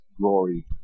glory